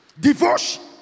Devotion